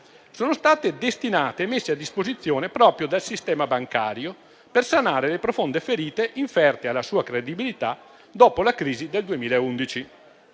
sono state destinate e messe a disposizione proprio dal sistema bancario per sanare le profonde ferite inferte alla sua credibilità dopo la crisi del 2011.